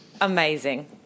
amazing